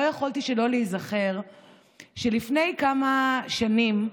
לא יכולתי שלא להיזכר שלפני כמה שנים,